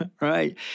right